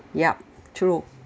yeah true